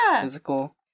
Physical